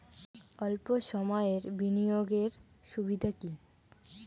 অল্প সময়ের বিনিয়োগ এর সুবিধা কি?